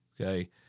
okay